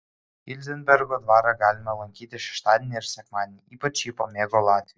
ilzenbergo dvarą galima lankyti šeštadienį ir sekmadienį ypač jį pamėgo latviai